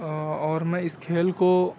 اور میں اس کھیل کو